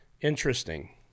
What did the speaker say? interesting